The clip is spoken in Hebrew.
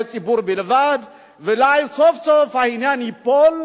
ציבור בלבד ואולי סוף-סוף העניין ייפול,